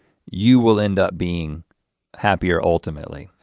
you will end up being happier ultimately.